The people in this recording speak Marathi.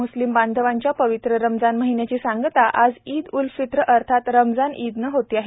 मुस्लीम बांधवांच्या पवित्र रमजान महिन्याची सांगता आज ईद उल फित्र अर्थात रमजान ईदनं होत आहे